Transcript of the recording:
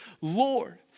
Lord